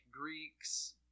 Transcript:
Greeks